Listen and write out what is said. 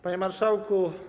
Panie Marszałku!